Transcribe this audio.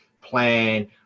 plan